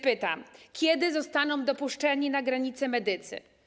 Pytam więc: Kiedy zostaną dopuszczeni na granicę medycy?